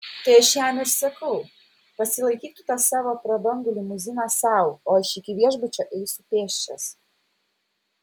tai aš jam ir sakau pasilaikyk tu tą savo prabangu limuziną sau o aš iki viešbučio eisiu pėsčias